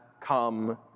come